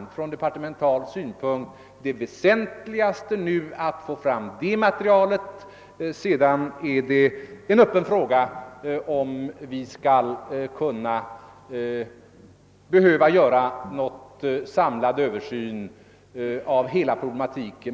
ur departemental synpunkt som det väsentligaste att få fram detta material. Sedan är det en öppen fråga, om vi skall behöva göra någon samlad översyn av hela problematiken.